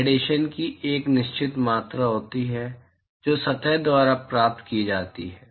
radiation की एक निश्चित मात्रा होती है जो सतह द्वारा प्राप्त की जाती है